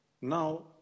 now